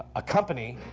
a company?